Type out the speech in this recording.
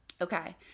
Okay